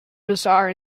bizarre